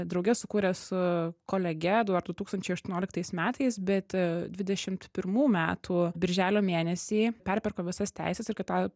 drauge sukūrė su kolege du ar du tūkstančiai aštuonioliktais metais bet dvidešimt pirmų metų birželio mėnesį perpirko visas teises ir kad tą